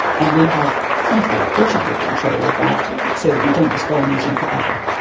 and we have frontal cortical control of that so that we don't just go on eating forever.